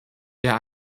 der